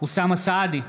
אוסאמה סעדי,